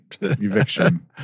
eviction